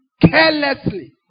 Carelessly